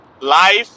life